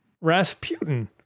Rasputin